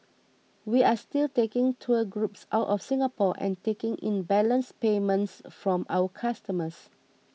we are still taking tour groups out of Singapore and taking in balance payments from our customers